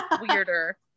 weirder